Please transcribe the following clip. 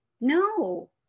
no